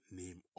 name